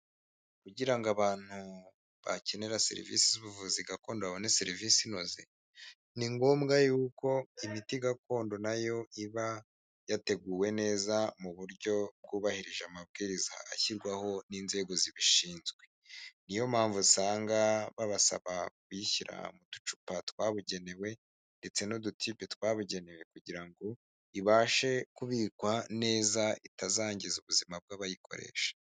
Kugira ngo abantu bakenera serivisi z'ubuvuzi gakondo babone serivisi inoze, ni ngombwa y'uko imiti gakondo nayo iba, yateguwe neza mu buryo bwubahirije amabwiriza ashyirwaho n'inzego zibishinzwe, niyo mpamvu usanga babasaba kuyishyira mu ducupa twabugenewe, ndetse n'udutibe twabugenewe kugira ngo ibashe kubikwa neza, itazangiza ubuzima bw'abayikoresha.